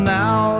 now